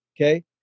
Okay